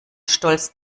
stolz